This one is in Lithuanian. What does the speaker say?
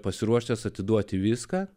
pasiruošęs atiduoti viską